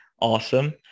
awesome